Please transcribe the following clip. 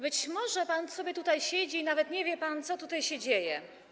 Być może pan sobie tutaj siedzi i nawet nie wie pan, co tutaj się dzieje.